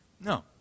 No